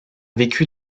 vécu